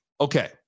Okay